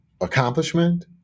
accomplishment